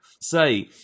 say